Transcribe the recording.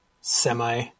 Semi